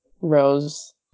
Rose